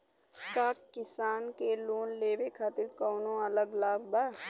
का किसान के लोन लेवे खातिर कौनो अलग लाभ बा?